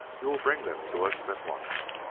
you will bring them to us at once.